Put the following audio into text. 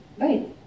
Right